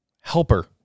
helper